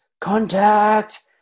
contact